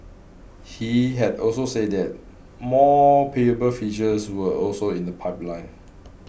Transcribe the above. he had also said that more payable features were also in the pipeline